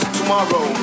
tomorrow